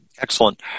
Excellent